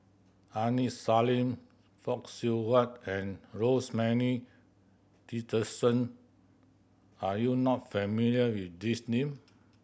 Aini Salim Fock Siew Wah and Rosemary Tessensohn are you not familiar with these name